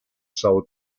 são